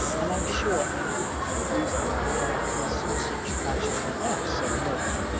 and i'm sure i wouldn't mind losing my hair in some such fashion half so much.